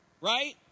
Right